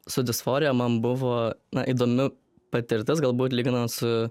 su disforija man buvo įdomi patirtis galbūt lyginant su